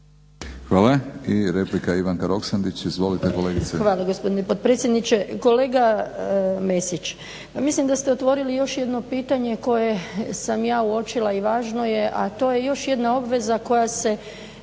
Hvala. I replika Ivanka Roksandić, izvolite kolegice.